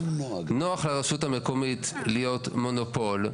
נוח לרשות המקומית להיות מונופול,